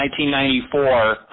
1994